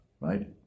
right